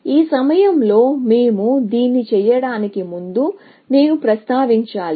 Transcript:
ఈ సమయంలో మేము దీన్ని చేయడానికి ముందు నేను ప్రస్తావించాలి